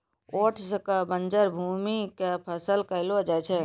oats कॅ बंजर भूमि के फसल कहलो जाय छै